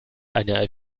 eine